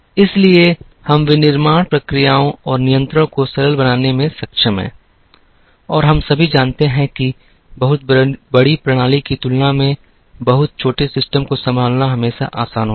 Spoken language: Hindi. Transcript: इसलिए हम विनिर्माण प्रक्रियाओं और नियंत्रण को सरल बनाने में सक्षम हैं और हम सभी जानते हैं कि बहुत बड़ी प्रणाली की तुलना में बहुत छोटे सिस्टम को संभालना हमेशा आसान होता है